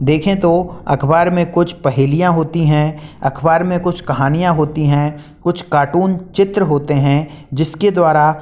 देखें तो अखबार में कुछ पहेलियाँ होती हैं अखबार में कुछ कहानियाँ होती हैं कुछ कार्टून चित्र होते हैं जिसके द्वारा